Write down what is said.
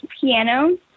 piano